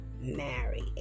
marry